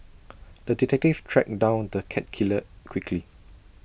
the detective tracked down the cat killer quickly